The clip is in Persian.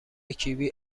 کیوی